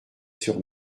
sur